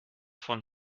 von